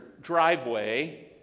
driveway